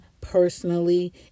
personally